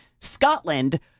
Scotland